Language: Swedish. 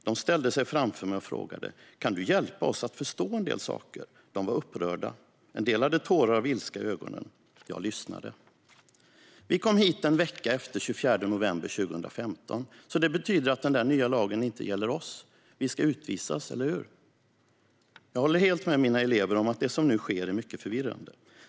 De ställde sig framför mig och frågade: Kan du hjälpa oss att förstå en del saker? De var upprörda, en del hade tårar av ilska i ögonen. Jag lyssnade." Vidare: "Vi kom hit en vecka efter 25 november 2015 så det betyder att den där nya lagen inte gäller oss. Vi ska utvisas, eller hur?" Modersmålsläraren Zulmay Afzali uttalade också: "Jag håller helt med mina elever om att det som nu sker är mycket förvirrande.